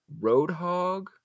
Roadhog